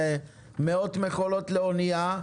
זה מאות מכולות לאונייה,